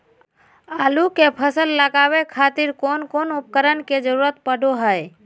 आलू के फसल लगावे खातिर कौन कौन उपकरण के जरूरत पढ़ो हाय?